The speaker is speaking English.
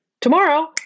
tomorrow